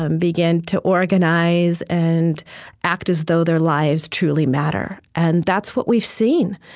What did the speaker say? um begin to organize and act as though their lives truly matter. and that's what we've seen.